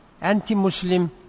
anti-Muslim